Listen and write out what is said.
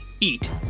eat